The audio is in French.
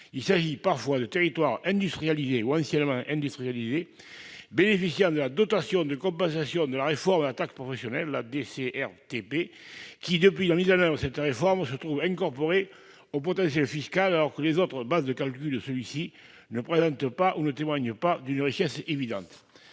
Il s'agit aussi parfois de territoires industrialisés ou anciennement industrialisés bénéficiant de la dotation de compensation de la réforme de la taxe professionnelle (DCRTP), qui, depuis la mise en oeuvre de cette réforme, se trouve incorporée au potentiel fiscal, alors que les autres bases de calcul de celui-ci ne témoignent pas d'une richesse évidente.